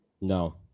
No